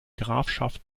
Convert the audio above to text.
grafschaft